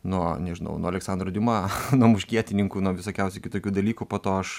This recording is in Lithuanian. nuo nežinau nuo aleksandro diuma nuo muškietininkų nuo visokiausių kitokių dalykų po to aš